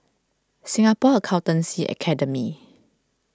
Singapore Accountancy Academy